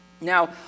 Now